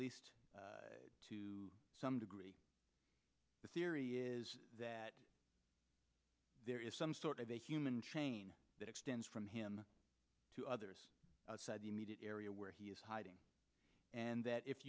least to some degree the theory is that there is some sort of a human chain that extends from him to others outside the immediate area where he is hiding and that if